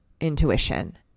intuition